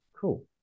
cool